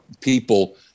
people